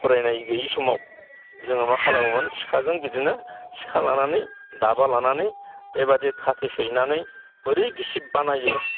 फरायनाय गैयै समाव जोङो मा खालामोमोन सिखाजों बिदिनो सिखा लानानै दाबा लानानै बेबादि खाथि सैनानै बोरै गिसिब बानायो